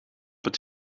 het